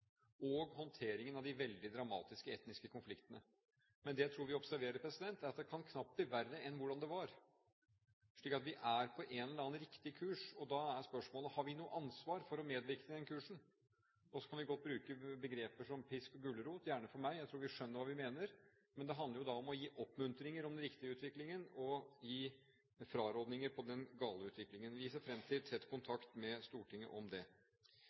og håndteringen av de veldig dramatiske etniske konfliktene. Men det jeg tror vi observerer, er at det kan knapt bli verre enn det var, slik at vi er på en eller annen riktig kurs. Da er spørsmålet: Har vi noe ansvar for å medvirke til den kursen? Så kan vi godt bruke begreper som «pisk» og «gulrot» – gjerne for meg. Jeg tror vi skjønner hva vi mener, men det handler jo om å gi oppmuntringer om den riktige utviklingen og gi frarådninger om den gale utviklingen. Vi ser fram til tett kontakt med Stortinget om det.